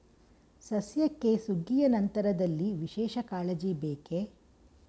ಸಸ್ಯಕ್ಕೆ ಸುಗ್ಗಿಯ ನಂತರದಲ್ಲಿ ವಿಶೇಷ ಕಾಳಜಿ ಬೇಕೇ?